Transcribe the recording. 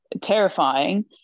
terrifying